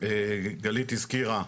גלית הזכירה,